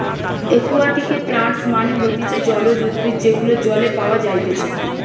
একুয়াটিকে প্লান্টস মানে হতিছে জলজ উদ্ভিদ যেগুলো জলে পাওয়া যাইতেছে